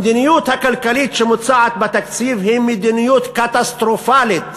המדיניות הכלכלית שמוצעת בתקציב היא מדיניות קטסטרופלית,